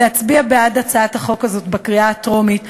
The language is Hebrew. להצביע בעד הצעת החוק הזאת בקריאה הטרומית,